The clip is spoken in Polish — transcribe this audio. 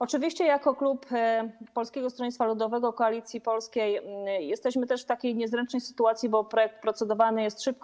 Oczywiście jako klub Polskiego Stronnictwa Ludowego, Koalicji Polskiej jesteśmy też w niezręcznej sytuacji, bo projekt procedowany jest szybko.